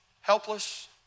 helpless